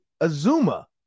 Azuma